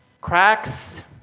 cracks